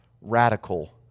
radical